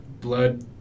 blood